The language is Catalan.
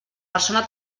persona